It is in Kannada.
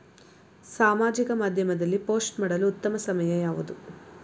ಸಾಮಾಜಿಕ ಮಾಧ್ಯಮದಲ್ಲಿ ಪೋಸ್ಟ್ ಮಾಡಲು ಉತ್ತಮ ಸಮಯ ಯಾವುದು?